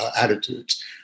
attitudes